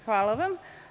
Hvala vam.